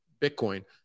Bitcoin